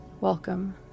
Welcome